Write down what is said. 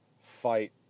fight